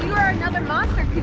another monster,